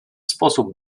sposób